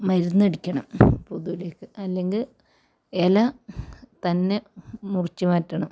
മരുന്നടിക്കണം പുതുലേക്ക് അല്ലെങ്കി ഇല തന്നെ മുറിച്ച് മാറ്റണം